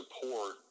support